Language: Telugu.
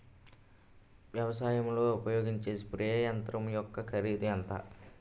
వ్యవసాయం లో ఉపయోగించే స్ప్రే యంత్రం యెక్క కరిదు ఎంత?